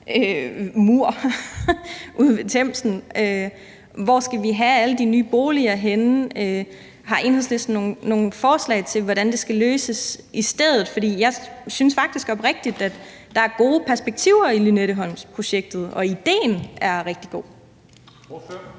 mur ude ved Themsen? Hvor skal vi have alle de nye boliger henne? Har Enhedslisten nogen forslag til, hvordan det skal løses i stedet? Jeg synes faktisk oprigtigt, at der er gode perspektiver i projektet med Lynetteholm, og at idéen er rigtig god.